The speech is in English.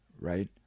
right